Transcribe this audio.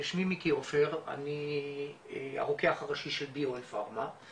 אני הרוקח הראשי של BOL פארמה,